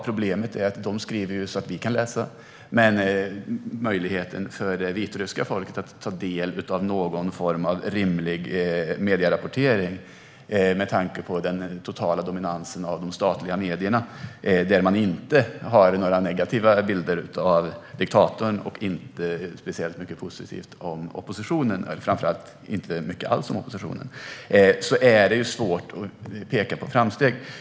Problemet är att de skriver så att vi kan läsa, men med tanke på den totala dominansen av de statliga medierna, där man inte har några negativa bilder av diktatorn och inte mycket alls om oppositionen, har det vitryska folket inga möjligheter att ta del av någon form av rimlig medierapportering. Då är det svårt att peka på framsteg.